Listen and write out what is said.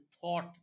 thought